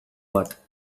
bat